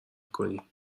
کنی